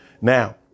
Now